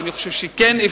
ואני חושב שאפשר,